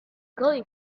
gully